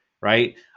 right